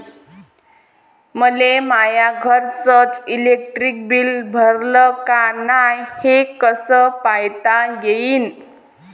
मले माया घरचं इलेक्ट्रिक बिल भरलं का नाय, हे कस पायता येईन?